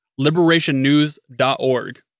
liberationnews.org